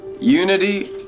Unity